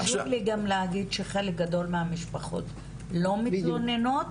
חשוב לי גם להגיד שחלק גדול מהמשפחות לא מתלוננות,